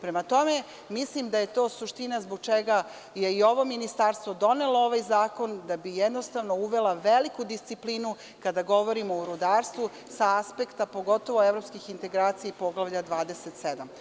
Prema tome, mislim da je to suština zbog čega je i ovo ministarstvo donelo ovaj zakon, da bi jednostavno uvela veliku disciplinu kada govorimo o rudarstvu, sa aspekta pogotovo evropskih integracija i poglavlja 27.